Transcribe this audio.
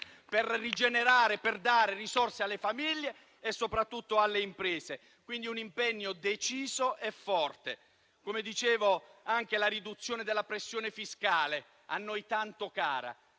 per rigenerare e dare risorse alle famiglie e soprattutto alle imprese. Si tratta quindi di un impegno deciso e forte. Come dicevo, c'è anche la riduzione della pressione fiscale, a noi tanto cara,